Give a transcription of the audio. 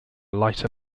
lighter